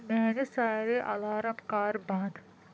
میٲنۍ سٲری الارام کر بند